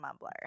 mumbler